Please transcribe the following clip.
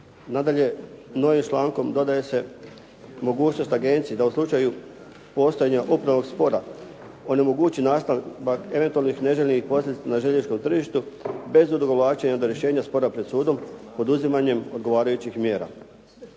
Nadalje, novim člankom dodaje se mogućnost agenciji da u slučaju postojanja upravnog spora onemogući nastavak eventualnih neželjenih posljedica na željezničkom tržištu bez odugovlačenja rješenja spora pred sudom poduzimanjem odgovarajućih mjera.